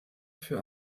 für